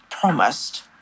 promised